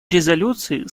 резолюции